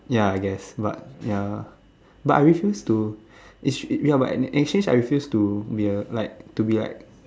ya I guess but ya but I refuse to it's ya but in exchange I refuse to be a like to be like